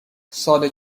سال